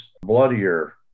bloodier